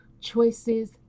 choices